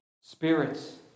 spirits